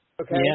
Okay